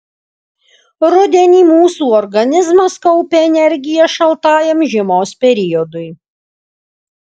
rudenį mūsų organizmas kaupia energiją šaltajam žiemos periodui